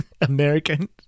American